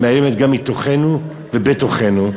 ומאיימת גם מתוכנו ובתוכנו,